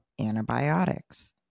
antibiotics